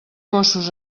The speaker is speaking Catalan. gossos